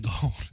gold